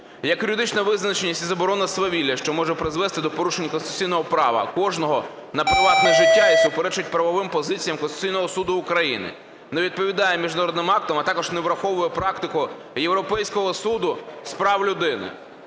як юридична визначеність і заборона свавілля, що може призвести до порушень конституційного права кожного на приватне життя і суперечить правовим позиціям Конституційного Суду України, не відповідає міжнародним актам, а також не враховує практику Європейського суду з прав людини.